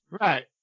Right